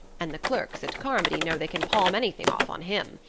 and the clerks at carmody know they can palm anything off on him.